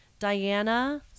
Diana